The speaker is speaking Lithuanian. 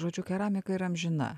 žodžiu keramika yra amžina